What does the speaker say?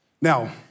Now